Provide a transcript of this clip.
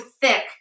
thick